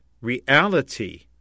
reality